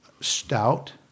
stout